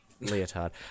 leotard